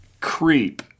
creep